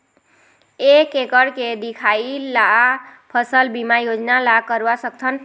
एक एकड़ के दिखाही ला फसल बीमा योजना ला करवा सकथन?